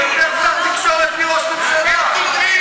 אתה יותר שר תקשורת מראש ממשלה.